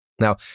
Now